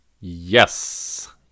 Yes